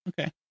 okay